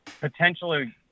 potentially